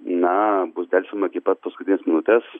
na bus delsiama iki pat paskutinės minutės